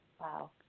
Wow